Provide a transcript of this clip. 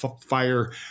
fire